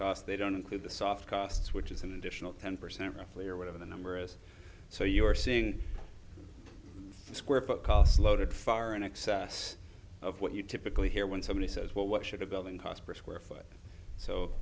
cost they don't include the soft costs which is an additional ten percent roughly or whatever the number is so you're seeing square foot cost loaded far in excess of what you typically hear when somebody says what what should a building cost per square foot so